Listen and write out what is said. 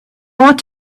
ought